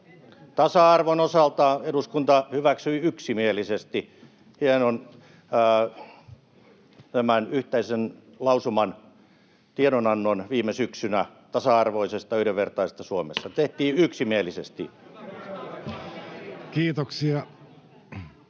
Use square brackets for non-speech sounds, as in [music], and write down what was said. Tasa-arvon osalta eduskunta hyväksyi yksimielisesti tämän yhteisen lausuman, tiedonannon viime syksynä tasa-arvoisesta, yhdenvertaisesta Suomesta, [noise]